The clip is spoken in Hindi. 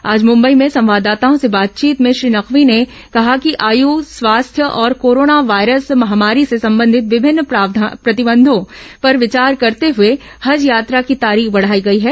आज मूम्बई में संवाददाताओं से बातचीत में श्री नकवी ने कहा कि आयू स्वास्थ्य और कोरोना वायरस महामारी से संबंधित विभिन्न प्रतिबंधों पर विचार करते हुए हज यात्रा की तारीख बढ़ाई गई है